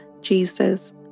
Jesus